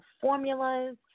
formulas